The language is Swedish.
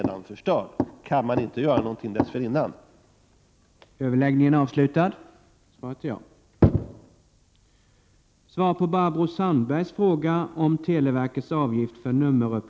1988/89:82 Kan man inte göra någonting dessförinnan? 16 mars 1989